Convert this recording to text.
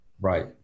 Right